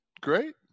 Great